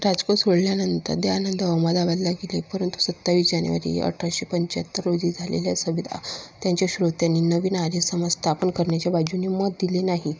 राजकोट सोडल्यानंतर दयानंद अहमदाबादला गेले परंतु सत्तावीस जानेवारी अठराशे पंचाहत्तर रोजी झालेल्या सभेत आ त्यांच्या श्रोत्यांनी नवीन आर्यसमाज स्थापन करण्याच्या बाजूने मत दिले नाही